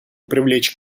привлечь